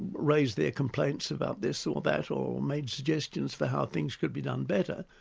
raised their complaints about this or that, or made suggestions for how things could be done better.